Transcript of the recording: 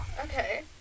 Okay